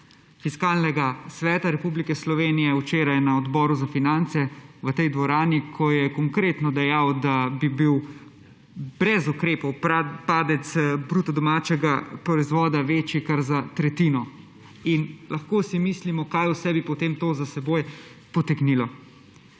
Fiskalnega sveta Republike Slovenije včeraj na Odboru za finance v tej dvorani, ko je konkretno dejal, da bi bil brez ukrepov padec bruto domačega proizvoda večji kar za tretjino in lahko si mislimo, kaj vse bi potem to za seboj potegnilo.